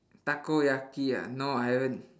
takoyaki ah no I haven't